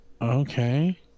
Okay